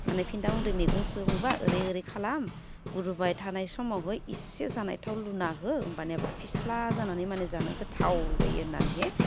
माने फिथा गुन्दै मैगं संबा ओरै ओरै खालाम गोदौबाय थानाय समावहै इसे जानाय थाव लुना हो होमबानियाबा फिस्ला जानानै माने जानो गोथाव जायो होन्नानैहै